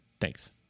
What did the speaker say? Thanks